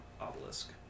obelisk